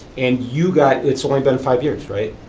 and you got, it's only been five years, right?